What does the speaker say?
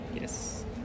Yes